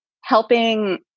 helping